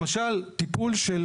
למשל, טיפול של